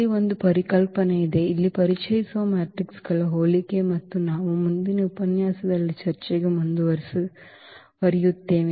ಇಲ್ಲಿ ಒಂದು ಪರಿಕಲ್ಪನೆ ಇದೆ ಇಲ್ಲಿ ಪರಿಚಯಿಸುವ ಮೆಟ್ರಿಕ್ಗಳ ಹೋಲಿಕೆ ಮತ್ತು ನಾವು ಮುಂದಿನ ಉಪನ್ಯಾಸದಲ್ಲಿ ಚರ್ಚೆಗೆ ಮುಂದುವರಿಯುತ್ತೇವೆ